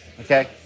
okay